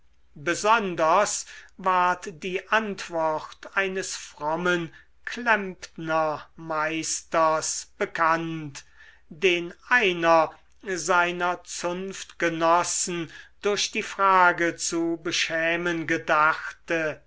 besonders ward die antwort eines frommen klempnermeisters bekannt den einer seiner zunftgenossen durch die frage zu beschämen gedachte